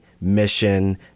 mission